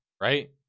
right